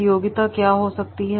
प्रतियोगिता क्या हो सकती है